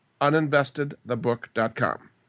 uninvestedthebook.com